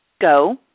Go